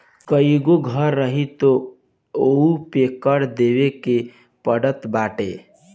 कईगो घर रही तअ ओहू पे कर देवे के पड़त बाटे